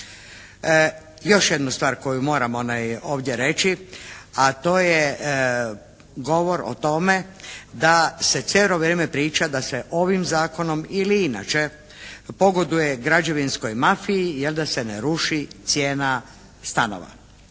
Još jednu stvar koju moram ovdje reći, a to je govor o tome da se cijelo vrijeme priča da se ovim zakonom ili inače pogoduje građevinskom mafiji, jel' da se ne ruši cijena stanova.